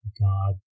god